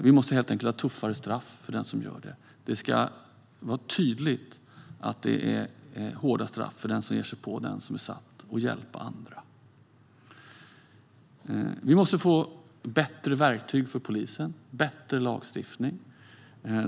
Vi måste helt enkelt ha tuffare straff för den som gör det. Det ska vara tydligt att det är hårda straff för den som ger sig på någon som är satt att hjälpa andra. Vi måste få bättre verktyg för polisen och bättre lagstiftning.